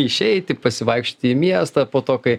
išeiti pasivaikščioti į miestą po to kai